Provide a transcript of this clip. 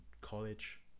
college